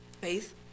Faith